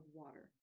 water